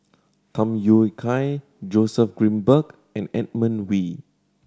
Tham Yui Kai Joseph Grimberg and Edmund Wee